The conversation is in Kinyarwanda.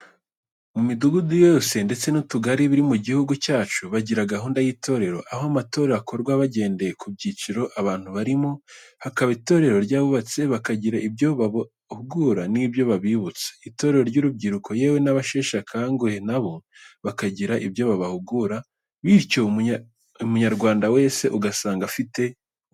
Mu midugudu yose ndetse n'utugari biri mu gihugu cyacu, bagira gahunda y'itorero aho amatorero akorwa bagendeye mu byiciro abantu barimo. Hakaba itorero ry'abubatse bakagira ibyo babahugura nibyo babibutsa, itorero ry'urubyiruko yewe n'abasheshakanguhe nabo bakagira ibyo babahugura bityo umunyarwanda wese ugasanga afite ubumenyi.